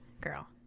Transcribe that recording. girl